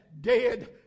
dead